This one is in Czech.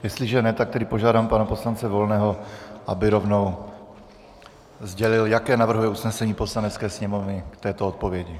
Jestliže ne, tak tedy požádám pana poslance Volného, aby rovnou sdělil, jaké navrhuje usnesení Poslanecké sněmovny k této odpovědi.